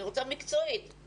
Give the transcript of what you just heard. אני רוצה מקצועית לדעת.